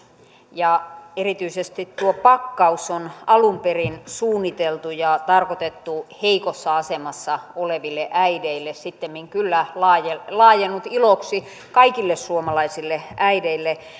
ja erityisesti tuo äitiyspakkaus on alun perin suunniteltu ja tarkoitettu heikossa asemassa oleville äideille sittemmin kyllä laajennut laajennut iloksi kaikille suomalaisille äideille